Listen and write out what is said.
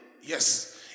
yes